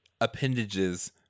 appendages